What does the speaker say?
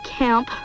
camp